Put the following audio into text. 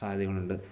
സാധ്യതകളുണ്ട്